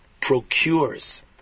procures